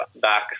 back